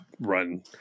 run